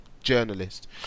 journalist